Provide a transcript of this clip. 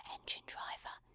Engine-Driver